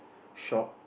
shop